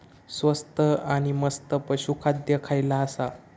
स्वस्त आणि मस्त पशू खाद्य खयला आसा?